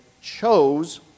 chose